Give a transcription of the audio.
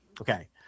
Okay